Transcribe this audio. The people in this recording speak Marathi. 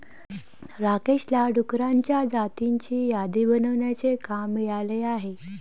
राकेशला डुकरांच्या जातींची यादी बनवण्याचे काम मिळाले आहे